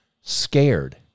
scared